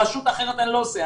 ברשות אחרת אני לא עושה.